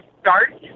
start